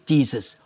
Jesus